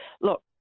look